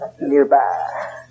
nearby